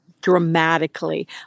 dramatically